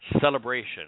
celebration